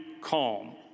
calm